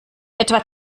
etwa